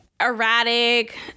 erratic